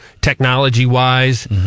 technology-wise